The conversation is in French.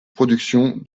production